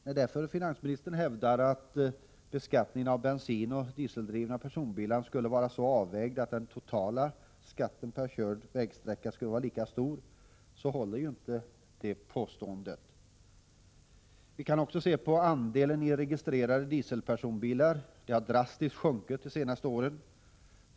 När därför finansministern hävdar att beskattningen av bensindrivna och dieseldrivna personbilar skulle vara så avvägd, att den totala skatten per körd vägsträcka skulle vara lika stor, så håller inte detta påstående. Vi kan också se på andelen registrerade dieselpersonbilar — den har drastiskt sjunkit de senaste åren.